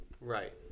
right